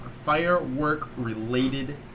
firework-related